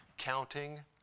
Counting